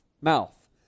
Mouth